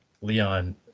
Leon